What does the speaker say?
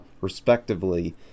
respectively